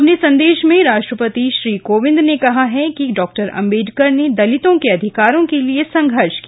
अपने संदेश में राष्ट्रपति श्री कोविंद ने कहा है कि डॉ अम्बेडकर ने दलितों के अधिकारों के लिए संघर्ष किया